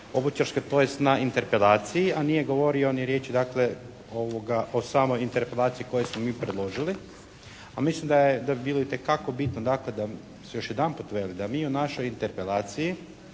tj., na interpelaciji, a nije govorio ni riječi, dakle, o samoj interpelaciji koju smo mi predložili. A mislim da bi bili itekako bitno, dakle, da se još jedanput veli da mi u našoj interpelaciji